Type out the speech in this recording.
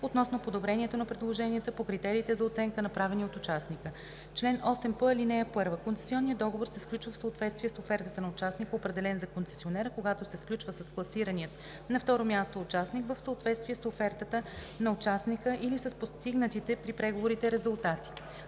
относно подобрението на предложенията по критериите за оценка, направени от участника. Чл. 8п. (1) Концесионният договор се сключва в съответствие с офертата на участника, определен за концесионер, а когато се сключва с класирания на второ място участник – в съответствие с офертата на участника или с постигнатите при преговорите резултати.